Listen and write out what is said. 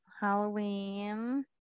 Halloween